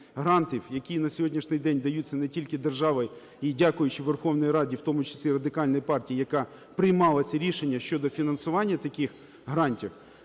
які на сьогоднішній день даються не тільки державою, і дякуючи Верховній Раді, в тому числі Радикальній партії, яка приймала ці рішення щодо фінансування таких грантів,